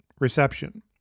reception